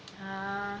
ah